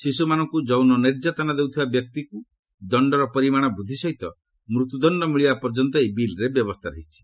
ଶିଶୁମାନଙ୍କୁ ଯୌନ ନିର୍ଯାତନା ଦେଉଥିବା ବ୍ୟକ୍ତିକୁ ଦଣ୍ଡର ପରିମାଣ ବୃଦ୍ଧି ସହିତ ମୃତ୍ୟ ଦଣ୍ଡ ମିଳିବା ପର୍ଯ୍ୟନ୍ତ ଏହି ବିଲ୍ରେ ବ୍ୟବସ୍ଥା ରହିଛି